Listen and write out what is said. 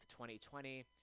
2020